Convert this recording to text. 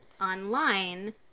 online